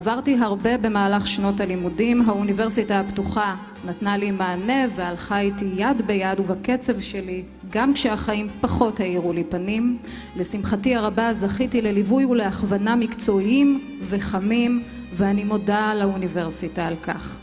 עברתי הרבה במהלך שנות הלימודים, האוניברסיטה הפתוחה נתנה לי מענה והלכה איתי יד ביד ובקצב שלי, גם כשהחיים פחות האירו לי פנים. לשמחתי הרבה זכיתי לליווי ולהכוונה מקצועיים וחמים ואני מודה לאוניברסיטה על כך